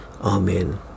Amen